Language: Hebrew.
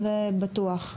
זה בטוח.